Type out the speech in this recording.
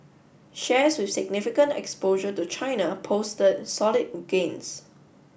shares with significant exposure to China posted solid gains